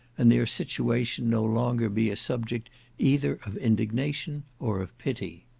and their situation no longer be a subject either of indignation or of pity.